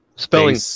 Spelling